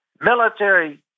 military